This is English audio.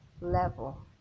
level